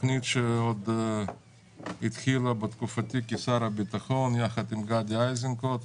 תוכנית שהתחילה בתקופתי כשר הביטחון יחד גדי אייזנקוט.